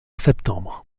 septembre